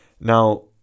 Now